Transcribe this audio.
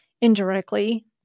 indirectly